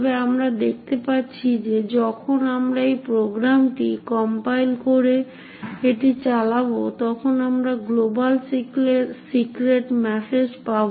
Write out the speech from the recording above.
তবে আমরা দেখতে পাচ্ছি যে যখন আমরা এই প্রোগ্রামটি কম্পাইল করে এটি চালাব তখন আমরা গ্লোবাল সিক্রেট ম্যাসেজ পাব